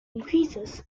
increases